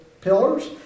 pillars